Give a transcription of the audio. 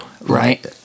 right